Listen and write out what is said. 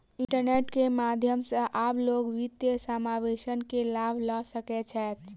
internet के माध्यम सॅ आब लोक वित्तीय समावेश के लाभ लअ सकै छैथ